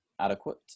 adequate